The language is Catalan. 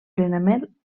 plenament